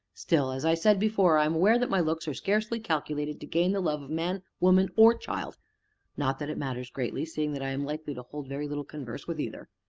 still, as i said before, i am aware that my looks are scarcely calculated to gain the love of man, woman, or child not that it matters greatly, seeing that i am likely to hold very little converse with either.